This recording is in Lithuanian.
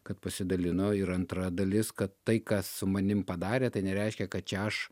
kad pasidalino ir antra dalis kad tai ką su manim padarė tai nereiškia kad čia aš